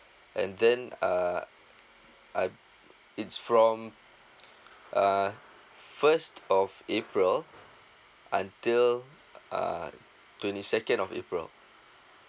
and then uh I it's from uh first of april until uh twenty second of april